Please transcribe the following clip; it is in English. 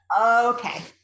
Okay